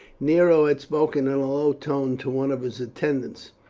nero had spoken in a low tone to one of his attendants.